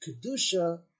Kedusha